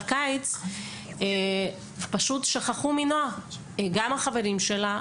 הקיץ, פשוט שכחו מנועה גם החברים שלה,